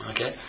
Okay